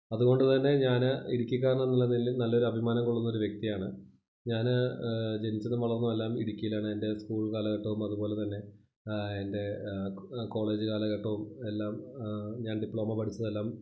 അതുകൊണ്ട് തന്നെ ഞാൻ ഇടുക്കിക്കാരൻ എന്നുള്ളതിൽ നല്ല ഒരു അഭിമാനം കൊള്ളുന്ന ഒരു വ്യക്തിയാണ് ഞാൻ ജനിച്ചതും വളര്ന്നതും എല്ലാം ഇടുക്കിയിലാണ് എന്റെ സ്കൂള് കാലഘട്ടവും അതുപോലെ തന്നെ എന്റെ കോളേജ് കാലഘട്ടവും എല്ലാം ഞാന് ഡിപ്ലോമ പഠിച്ചതുമെല്ലാം